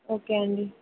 okay అండి